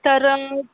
तर